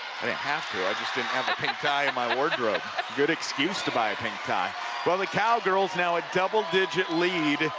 didn't have to i just didn't have a pink tie um inmy wardrobe good excuse to buy a pink tie well, the cowgirls now a double-digit lead,